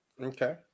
Okay